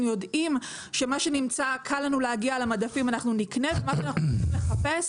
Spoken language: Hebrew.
יודעים שמה שנמצא קל לנו להגיע למדפים אנחנו נקנה ומה שאנחנו צריכים לחפש,